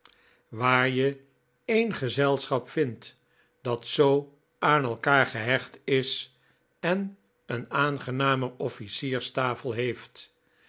waar je een gezelschap vindt dat zoo aan elkaar gehecht is en een aangenamer offlcierstafel heeft